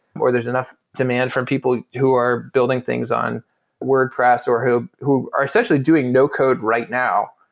or there's enough demand from people who are building things on wordpress, or who who are essentially doing no code right now,